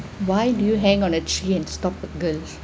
why do you hang on the tree and stalk the girl